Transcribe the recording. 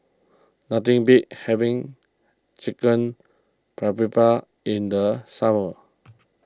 nothing beats having Chicken in the summer